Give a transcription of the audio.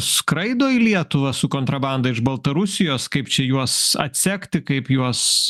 skraido į lietuvą su kontrabanda iš baltarusijos kaip čia juos atsekti kaip juos